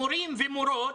מורים ומורות